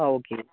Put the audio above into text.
ആ ഓക്കെ